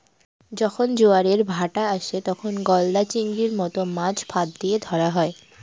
যখন জোয়ারের ভাঁটা আসে, তখন গলদা চিংড়ির মত মাছ ফাঁদ দিয়ে ধরা হয়